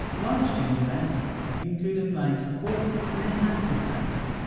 large change events include applying support and enhancement packs.